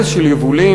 הרס של יבולים,